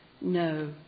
no